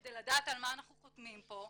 כדי לדעת על מה אנחנו חותמים פה.